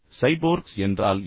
cyborgs என்றால் என்ன